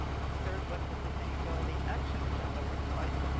here's what the sustainability action agenda looks like.